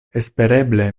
espereble